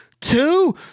two